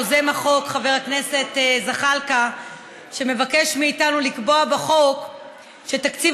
יוזם החוק חבר הכנסת זחאלקה מבקש מאיתנו לקבוע בחוק שתקציב